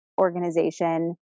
organization